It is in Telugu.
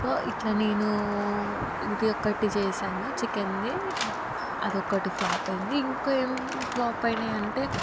సో ఇట్లా నేను ఇది ఒకటి చేశాను చికెన్ది అదొకటి ఫ్లోప్ అయ్యింది ఇంక ఏం ఫ్లోప్ అయినాయి అంటే